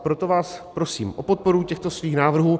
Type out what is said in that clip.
Proto vás prosím o podporu těchto svých návrhů.